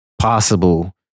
possible